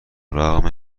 رغم